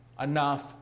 Enough